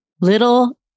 little